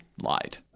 lied